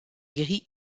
gris